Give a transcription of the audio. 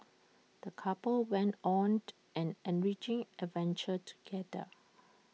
the couple went on an enriching adventure together